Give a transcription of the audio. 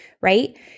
right